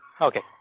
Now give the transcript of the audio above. Okay